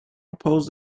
oppose